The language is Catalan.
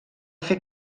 fer